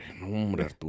nombre